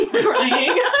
Crying